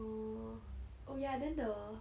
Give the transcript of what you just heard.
oh oh ya then the